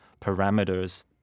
parameters